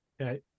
Okay